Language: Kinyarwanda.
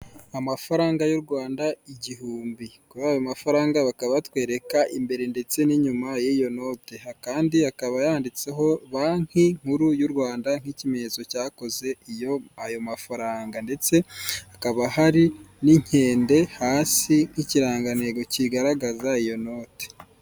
Amafaranga y'u Rwanda igihumbi, kuri ayo mafaranga bakabatwereka imbere ndetse n'inyuma y'iyo note, kandi akaba yanditseho banki nkuru y'u Rwanda nk'ikimenyetso cyakoze iyo ayo mafaranga ndetse hakaba hari n'inkende hasi nk'ikirangantego kigaragaza iyo note.